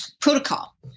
protocol